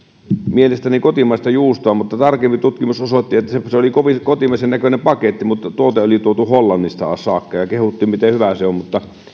mielestäni kotimaista juustoa mutta tarkempi tutkimus osoitti että se oli kovin kotimaisen näköinen paketti mutta tuote oli tuotu hollannista saakka ja kehuttiin miten hyvää se on